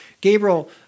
Gabriel